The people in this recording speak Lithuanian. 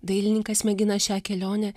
dailininkas mėgina šią kelionę